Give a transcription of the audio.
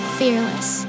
fearless